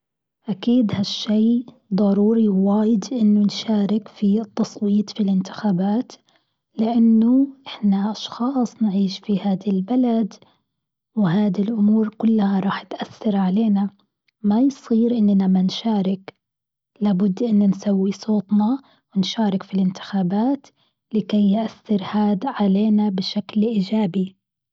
أكيد هالشيء ضروري واجد انه نشارك في التصويت في الانتخابات، لإنه إحنا أشخاص نعيش في هذه البلد، وهذه الأمور كلها راح تأثر علينا، ما يصير إننا ما نشارك، لا بد إنا نسوي صوتنا نشارك في الإنتخابات لكي يؤثر هذا علينا بشكل إيجابي.